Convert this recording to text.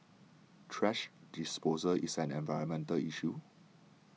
thrash disposal is an environmental issue